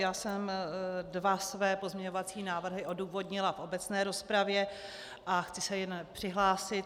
Já jsem dva své pozměňovací návrhy odůvodnila v obecné rozpravě a chci se k nim přihlásit.